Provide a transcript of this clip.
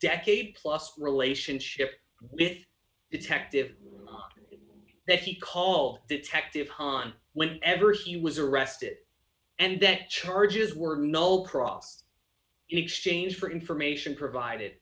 decade plus relationship with detective that he call detective hahn whenever he was arrested and that charges were no cross in exchange for information provided